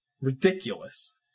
ridiculous